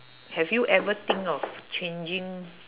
have you ever think of changing